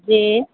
जी